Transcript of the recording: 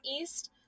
east